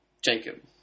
Jacob